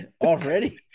Already